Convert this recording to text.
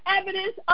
evidence